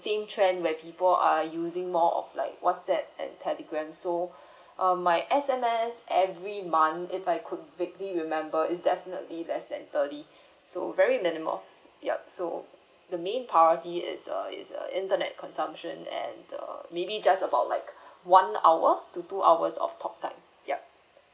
same trend where people are using more of like WhatsApp and Telegram so um my S_M_S every month if I could briefly remember is definitely less than thirty so very minimal so yup so the main priority it's a it's a internet consumption and err maybe just about like one hour to two hours of talk time yup